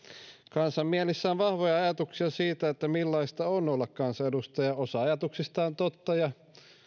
kansan mielessä on vahvoja ajatuksia siitä millaista on olla kansanedustaja osa ajatuksista on totta ja